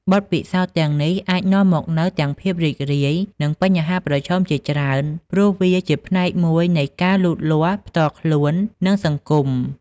បទពិសោធន៍ទាំងនេះអាចនាំមកនូវទាំងភាពរីករាយ និងបញ្ហាប្រឈមជាច្រើន ព្រោះវាជាផ្នែកមួយនៃការលូតលាស់ផ្ទាល់ខ្លួន និងសង្គម។